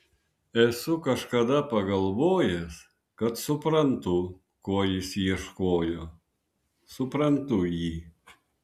esu kažkada pagalvojęs kad suprantu ko jis ieškojo suprantu jį